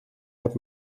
het